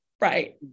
Right